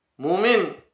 mumin